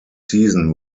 season